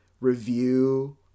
review